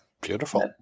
beautiful